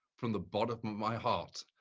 from the bottom of my heart,